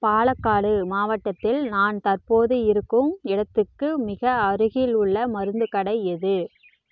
பாலக்காடு மாவட்டத்தில் நான் தற்போது இருக்கும் இடத்துக்கு மிக அருகிலுள்ள மருந்துக்கடை எது